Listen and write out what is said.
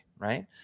right